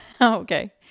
okay